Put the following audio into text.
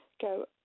go